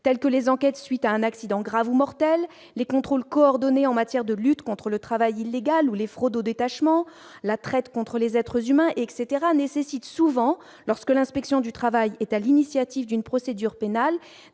tels que les enquêtes suite à un accident grave ou mortel, les contrôles coordonnés en matière de lutte contre le travail illégal ou les fraudes au détachement la traite contre les êtres humains etc nécessite souvent lorsque l'inspection du travail est à l'initiative d'une procédure pénale